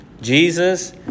Jesus